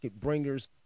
bringers